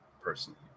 personally